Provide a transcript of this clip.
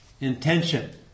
intention